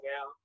out